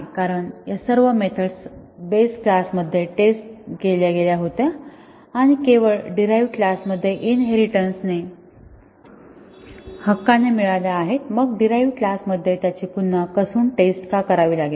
कारण या सर्व मेथड्स बेस क्लासमध्ये टेस्ट केल्या गेल्या होत्या आणि त्या केवळ डीराईव्ह क्लास मध्ये इनहेरिटेन्स हक्काने मिळाल्या आहेत मग डीराईव्ह क्लास मध्ये त्यांची पुन्हा कसून टेस्ट का करावी लागेल